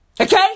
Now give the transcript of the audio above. Okay